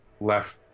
left